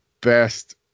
best